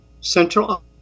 Central